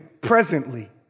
presently